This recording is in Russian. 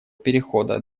перехода